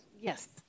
Yes